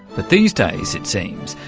but these days, it seems,